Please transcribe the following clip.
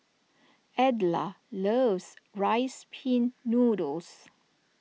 Edla loves Rice Pin Noodles